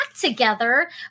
together